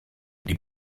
die